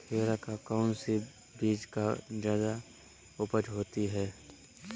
खीरा का कौन सी बीज का जयादा उपज होती है?